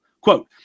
Quote